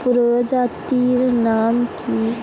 প্রজাতির নাম কি?